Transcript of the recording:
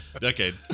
decade